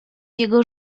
jego